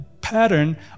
pattern